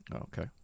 Okay